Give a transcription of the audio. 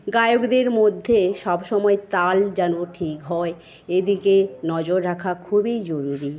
গায়কদের মধ্যে সবসময় তাল যেন ঠিক হয় এদিকে নজর রাখা খুবই জরুরি